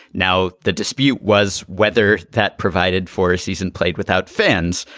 now, the dispute was whether that provided for a season played without fans.